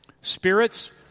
spirits